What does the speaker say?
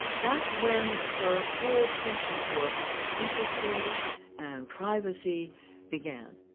that's when her whole penchant for secrecy and privacy began.